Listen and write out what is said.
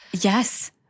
Yes